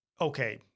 okay